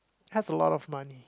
have a lot of money